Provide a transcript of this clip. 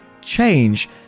Change